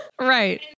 Right